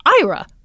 Ira